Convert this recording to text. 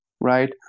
right